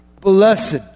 Blessed